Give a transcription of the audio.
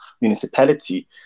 municipality